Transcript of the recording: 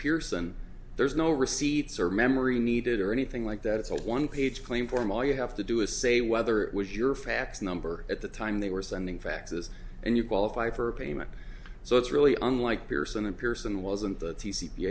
pearson there's no receipts or memory needed or anything like that it's a one page claim form all you have to do is say whether it was your fax number at the time they were sending faxes and you qualify for a payment so it's really unlike pearson and pearson wasn't the